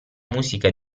musica